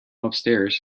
upstairs